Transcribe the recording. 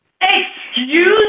Excuse